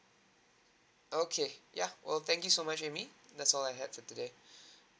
okay yeah well thank you so much amy that's all I had to today